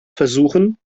versuchen